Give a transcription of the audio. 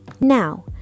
now